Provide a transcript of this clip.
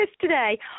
today